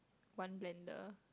one blender